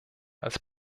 als